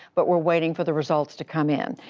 but we're waiting for the results to come in.